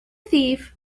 thief